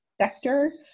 sector